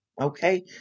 Okay